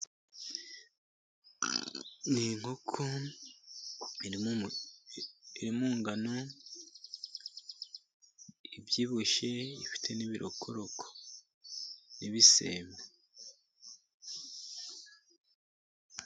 Ni inkoko iri mu ngano, ibyibushye. Ifite n'ibirokoroko n'ibisembe.